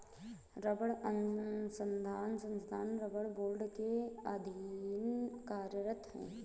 रबड़ अनुसंधान संस्थान रबड़ बोर्ड के अधीन कार्यरत है